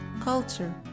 culture